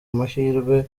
amahirwe